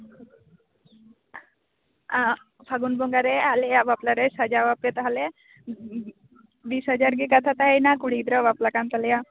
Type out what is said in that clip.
ᱮᱸᱜ ᱯᱷᱟᱜᱩᱱ ᱵᱚᱸᱜᱟ ᱨᱮ ᱟᱞᱮᱭᱟᱜ ᱵᱟᱯᱞᱟ ᱨᱮ ᱥᱟᱡᱟᱣᱟᱯᱮ ᱛᱟᱦᱚᱞᱮ ᱵᱤᱥ ᱦᱟᱡᱟᱨ ᱜᱮ ᱠᱟᱛᱷᱟ ᱛᱟᱦᱮᱸᱭᱮᱱᱟ ᱠᱩᱲᱤ ᱜᱤᱫᱽᱨᱟᱹᱣᱟᱜ ᱵᱟᱯᱞᱟ ᱠᱟᱱ ᱛᱟᱞᱮᱭᱟ